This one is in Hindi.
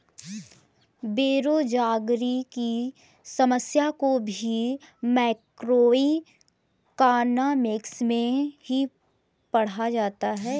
बेरोजगारी की समस्या को भी मैक्रोइकॉनॉमिक्स में ही पढ़ा जाता है